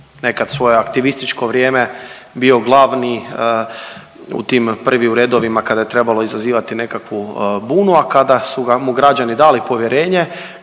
nekad svoje aktivističko vrijeme bio glavni u tim, prvi u redovima kada je trebalo izazivati nekakvu bunu, a kada su mu građani dali povjerenje,